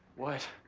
what?